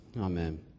Amen